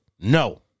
No